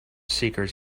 seekers